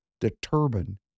determine